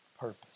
purpose